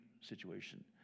situation